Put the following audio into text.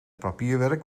papierwerk